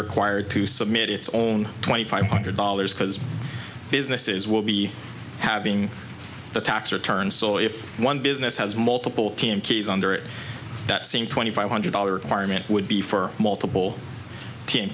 required to submit its own twenty five hundred dollars because businesses will be having the tax return so if one business has multiple team keys under it that same twenty five hundred dollars fireman would be for multiple team